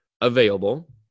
available